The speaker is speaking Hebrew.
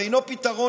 ותופתעו,